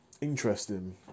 interesting